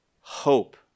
hope